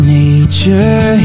nature